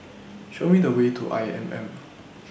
Show Me The Way to I M M